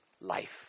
life